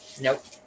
Nope